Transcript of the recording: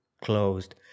closed